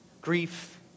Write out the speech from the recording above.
grief